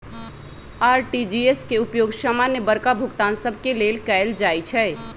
RTGS के उपयोग समान्य बड़का भुगतान सभ के लेल कएल जाइ छइ